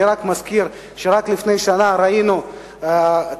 אני רק מזכיר שרק לפני שנה ראינו ביום